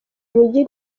mijyi